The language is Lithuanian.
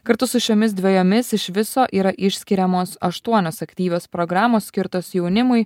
kartu su šiomis dvejomis iš viso yra išskiriamos aštuonios aktyvios programos skirtos jaunimui